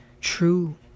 true